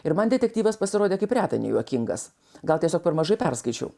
ir man detektyvas pasirodė kaip reta nejuokingas gal tiesiog per mažai perskaičiau